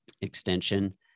extension